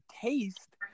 taste